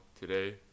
today